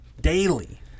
daily